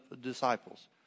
disciples